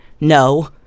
No